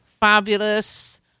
fabulous